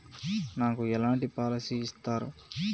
నాకు ఎలాంటి పాలసీ ఇస్తారు?